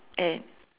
and